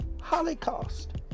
Holocaust